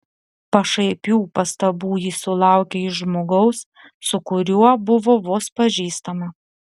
pašaipių pastabų ji sulaukė iš žmogaus su kuriuo buvo vos pažįstama